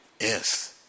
Yes